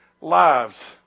lives